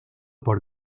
por